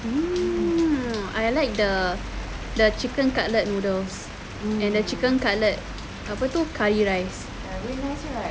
mm I like the the chicken cutlet noodles and the chicken cutlet apa tu curry rice